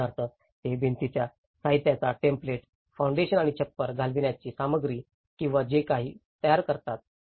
उदाहरणार्थ ते भिंतींच्या साहित्याचा टेम्पलेट फाउंडेशन आणि छप्पर घालण्याची सामग्री किंवा जे काही तयार करतात